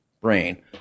brain